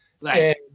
Right